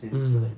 mm